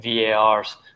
VARs